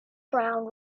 ground